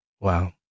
Wow